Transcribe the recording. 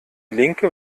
linke